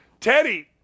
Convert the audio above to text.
Teddy